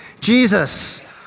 Jesus